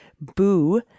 Boo